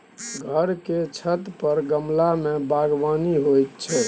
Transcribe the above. घर के छत पर गमला मे बगबानी होइ छै